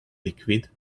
liquid